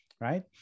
right